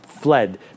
fled